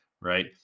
right